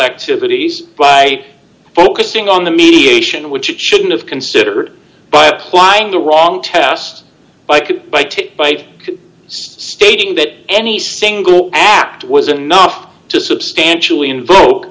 activities by focusing on the mediation which it shouldn't have considered by applying the wrong test by could by to by stating that any single act was enough to substantially invoke